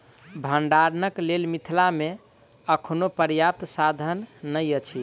भंडारणक लेल मिथिला मे अखनो पर्याप्त साधन नै अछि